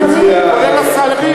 כולל השרים,